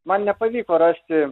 man nepavyko rasti